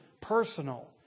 personal